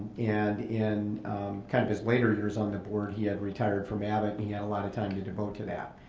and in kind of his later years on the board, he had retired from abbott, he had a lot of time to devote to that.